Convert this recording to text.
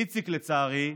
איציק, לצערי,